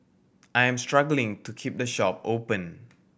I am struggling to keep the shop open